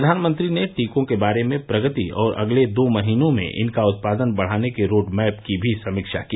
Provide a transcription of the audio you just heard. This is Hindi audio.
प्रधानमंत्री ने टीकों के बारे में प्रगति और अगले दो महीनों में इनका उत्पादन बढाने के रोड मैप की भी समीक्षा की